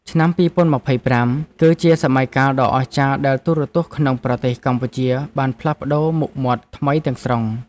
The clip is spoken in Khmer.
ឆ្នាំ ២០២៥ គឺជាសម័យកាលដ៏អស្ចារ្យដែលទូរទស្សន៍ក្នុងប្រទេសកម្ពុជាបានផ្លាស់ប្តូរមុខមាត់ថ្មីទាំងស្រុង។